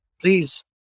please